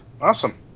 Awesome